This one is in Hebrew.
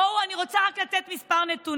בואו, אני רוצה רק לתת כמה נתונים.